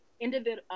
individual